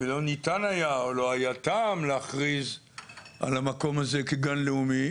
ולא ניתן היה או לא היה טעם להכריז על המקום הזה כגן לאומי,